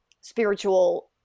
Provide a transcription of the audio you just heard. spiritual